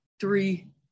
three